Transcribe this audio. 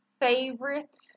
favorite